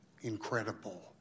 incredible